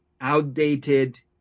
outdated